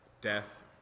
death